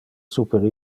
super